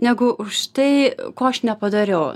negu už tai ko aš nepadariau